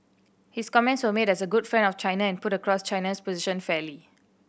his comments were made as a good friend of China and put across China's position fairly